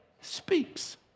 speaks